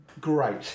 Great